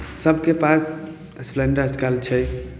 सभके पास स्प्लैण्डर आजकल छै